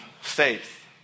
faith